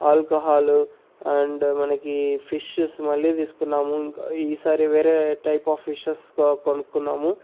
alcohol and మనకి fishes మళ్లీ తీసుకున్నాము ఈసారి వేరే టైప్ ఆఫ్ ఫిషెస్గా కొనుక్కున్నాము